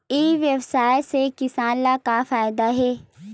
ई व्यवसाय से किसान ला का फ़ायदा हे?